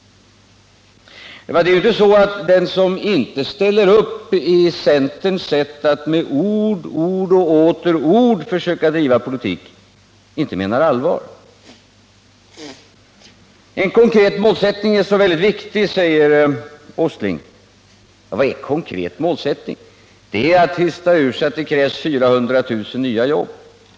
Det är inte så att den som inte ställer upp på centerns sätt att med ord, ord och åter ord försöka driva politik inte menar allvar. En konkret målsättning är väldigt viktig, säger Nils Åsling. Vad är konkret målsättning? Är det att hysta ur sig att det krävs 400 000 nya jobb?